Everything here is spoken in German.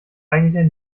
eigentlich